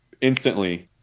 instantly